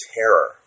terror